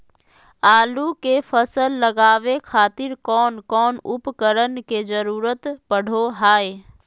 आलू के फसल लगावे खातिर कौन कौन उपकरण के जरूरत पढ़ो हाय?